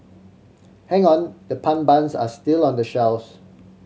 hang on the pun buns are still on the shelves